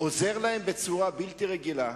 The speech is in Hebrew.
עוזר להם בצורה בלתי רגילה,